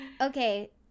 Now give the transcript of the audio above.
Okay